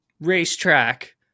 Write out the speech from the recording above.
racetrack